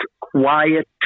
quiet